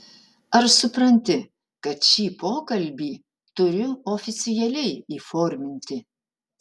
ar supranti kad šį pokalbį turiu oficialiai įforminti